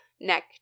neck